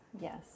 Yes